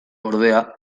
ordea